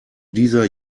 dieser